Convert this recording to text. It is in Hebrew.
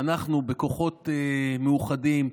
ואנחנו בכוחות מאוחדים,